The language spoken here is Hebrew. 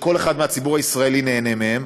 שכל אחד מהציבור הישראלי נהנה מהן,